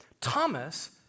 Thomas